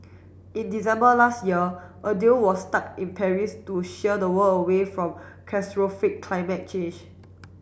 in December last year a deal was stuck in Paris to the world away from catastrophic climate change